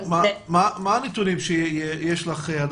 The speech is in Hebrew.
הדר, מה הנתונים שיש לך?